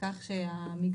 שאם הוא רוצה רק לעצמו לדעת,